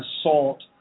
assault